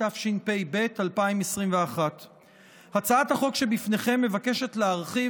התשפ"ב 2021. הצעת החוק שבפניכם מבקשת להרחיב